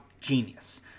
genius